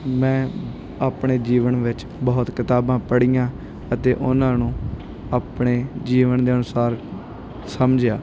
ਮੈਂ ਆਪਣੇ ਜੀਵਨ ਵਿੱਚ ਬਹੁਤ ਕਿਤਾਬਾਂ ਪੜ੍ਹੀਆਂ ਅਤੇ ਉਹਨਾਂ ਨੂੰ ਆਪਣੇ ਜੀਵਨ ਦੇ ਅਨੁਸਾਰ ਸਮਝਿਆ